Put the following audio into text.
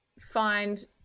find